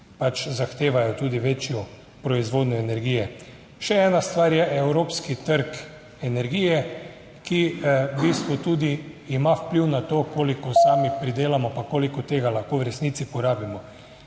pač zahtevajo tudi večjo proizvodnjo energije. Še ena stvar je evropski trg energije, ki v bistvu tudi ima vpliv na to, koliko sami / znak za konec razprave/ pridelamo, pa koliko tega lahko v resnici porabimo.